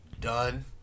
Done